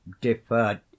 Deferred